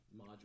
module